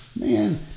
Man